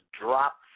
drop